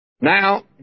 Now